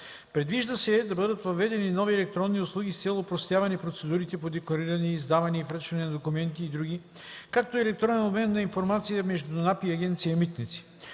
Предвижда се да бъдат въведени нови електронни услуги с цел опростяване на процедурите по деклариране, издаване и връчване на документи и други, както и електронен обмен на информация между НАП и Агенция „Митници”,